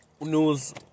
news